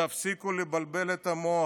תפסיקו לבלבל את המוח,